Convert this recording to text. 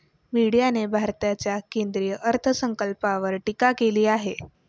मीडियाने भारताच्या केंद्रीय अर्थसंकल्पावर टीका केली आहे